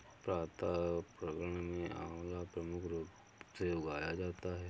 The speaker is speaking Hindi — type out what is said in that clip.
प्रतापगढ़ में आंवला प्रमुख रूप से उगाया जाता है